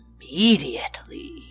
immediately